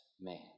man